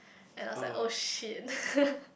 and I was like !oh shit!